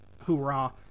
hoorah